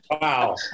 Wow